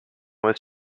was